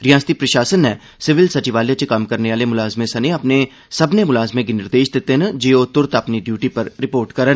रिआसती प्रशासन नै सिविल संचिवालय च कम्म करने आह्ले मुलाज़में सने अपने मते सारे मुलाज़में गी निर्देश दित्ते न जे ओह तुरत अपनी ड्यूटी पर रिपोर्ट करन